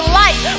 life